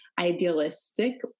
idealistic